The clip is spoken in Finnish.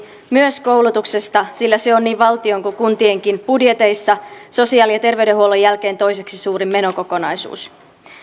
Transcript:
myös koulutuksesta sillä se on niin valtion kuin kuntienkin budjeteissa sosiaali ja terveydenhuollon jälkeen toiseksi suurin menokokonaisuus